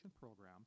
program